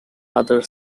other